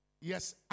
Yes